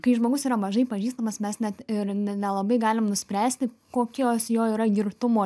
kai žmogus yra mažai pažįstamas mes net ir ne nelabai galim nuspręsti kokios jo yra girtumo